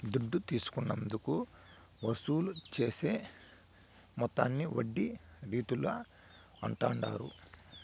దుడ్డు తీసుకున్నందుకు వసూలు చేసే మొత్తాన్ని వడ్డీ రీతుల అంటాండారు